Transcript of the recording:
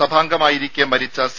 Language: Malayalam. സഭാംഗമായിരിക്കെ മരിച്ച സി